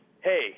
hey